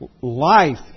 life